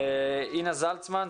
אינה זלצמן,